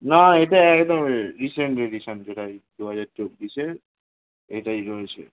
না এটা একদমই রিসেন্ট রিসেন্ট যেটা এই দু হাজার চব্বিশে এটাই রয়েছে